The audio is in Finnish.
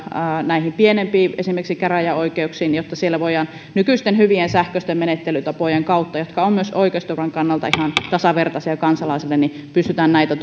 näihin pienempiin käräjäoikeuksiin jotta siellä nykyisten hyvien sähköisten menettelytapojen kautta jotka ovat myös oikeusturvan kannalta ihan tasavertaisia kansalaisille pystytään näitä